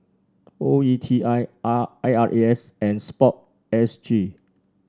O E T I R A R A S and sport S G